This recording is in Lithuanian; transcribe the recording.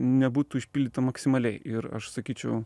nebūtų išpildyta maksimaliai ir aš sakyčiau